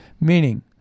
Meaning